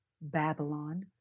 Babylon